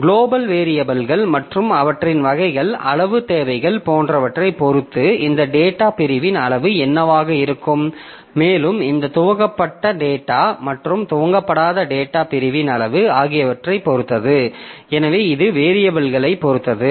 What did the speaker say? global வேரியபில்கள் மற்றும் அவற்றின் வகைகள் அளவு தேவைகள் போன்றவற்றைப் பொறுத்து இந்த டேட்டா பிரிவின் அளவு என்னவாக இருக்கும் மேலும் இந்த துவக்கப்பட்ட டேட்டா மற்றும் துவக்கப்படாத டேட்டா பிரிவின் அளவு ஆகியவற்றைப் பொறுத்தது எனவே இது வேரியபிலைப் பொறுத்தது